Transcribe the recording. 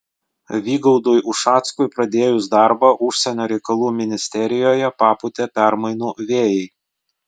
vygaudui ušackui pradėjus darbą užsienio reikalų ministerijoje papūtė permainų vėjai